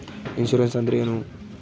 Insurance ಅಂದ್ರೇನು?